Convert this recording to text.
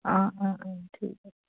অ' অ' অ' ঠিক